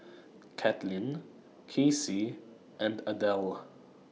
Caitlin Kacy and Adele